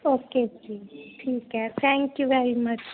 okay ਜੀ ਠੀਕ ਹੈ ਥੈਂਕ ਯੂ ਵੈਰੀ ਮਚ